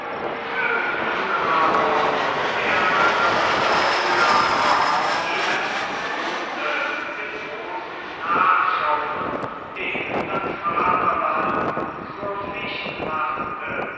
möge nun aber der wackere handwerker ihnen zu fuße getrost nachschauen dem das vaterland zur pflicht machte